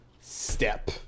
Step